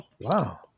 wow